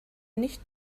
nicht